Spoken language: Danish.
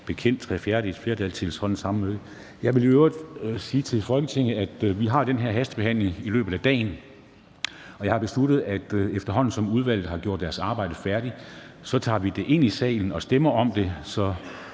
bekendt tre fjerdedeles flertal til et sådant samtykke. Jeg vil i øvrigt sige til Folketinget, at vi har den her hastebehandling i løbet af dagen, og jeg har besluttet, at efterhånden som udvalget har gjort deres arbejde færdigt, tager vi det ind i salen og stemmer om det,